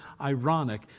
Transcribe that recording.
ironic